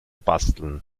basteln